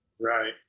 Right